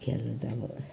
खेल्नु त अब